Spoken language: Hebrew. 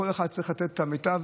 כל אחד צריך לתת את המיטב,